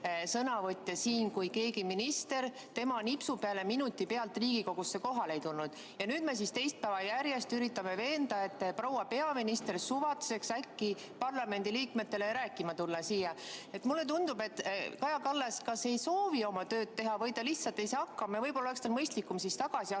sõnavõtja, kui mõni minister tema nipsu peale minuti pealt Riigikogusse kohale ei tulnud. Nüüd me teist päeva järjest üritame veenda, et proua peaminister suvatseks parlamendiliikmetele rääkima tulla. Mulle tundub, et Kaja Kallas kas ei soovi oma tööd teha või ta lihtsalt ei saa sellega hakkama, ja võib-olla oleks tal mõistlikum tagasi astuda,